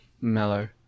mellow